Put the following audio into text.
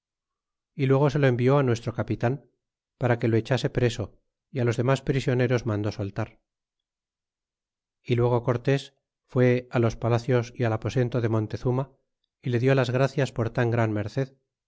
y luego se lo envió á nuestro capitan para que lo echase preso y los demás prisioneros mandó soltar e luego cortés fué los palacios é al aposento de montezuma y le diólas gracias por tan gran merced